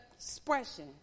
expression